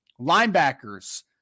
Linebackers